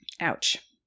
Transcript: Ouch